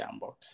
Jambox